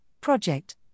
project